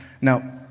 now